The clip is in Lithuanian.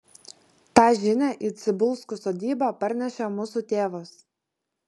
tą žinią į cibulskų sodybą parnešė mūsų tėvas